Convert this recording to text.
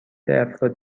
افراد